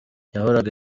yahoraga